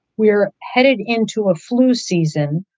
we are headed into a flu season,